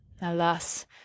alas